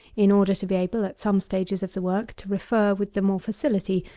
in order to be able, at some stages of the work, to refer, with the more facility,